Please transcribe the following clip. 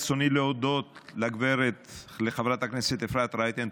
ברצוני להודות לחברת הכנסת אפרת רייטן.